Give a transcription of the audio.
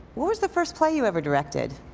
what was the first play you ever directed?